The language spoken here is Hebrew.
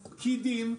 פקידים,